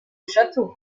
château